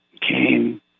came